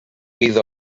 bydd